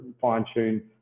fine-tune